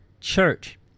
church